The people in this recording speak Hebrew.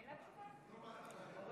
היא